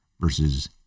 versus